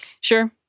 Sure